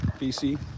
BC